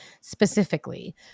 specifically